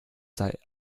der